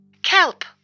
Kelp